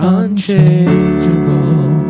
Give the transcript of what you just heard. unchangeable